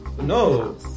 No